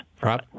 Rob